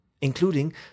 including